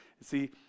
See